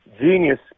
genius